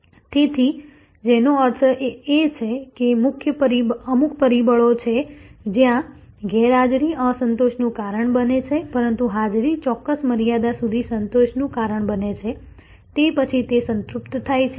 તેથી જેનો અર્થ એ છે કે અમુક પરિબળો છે જ્યાં ગેરહાજરી અસંતોષનું કારણ બને છે પરંતુ હાજરી ચોક્કસ મર્યાદા સુધી સંતોષનું કારણ બને છે તે પછી તે સંતૃપ્ત થાય છે